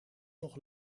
nog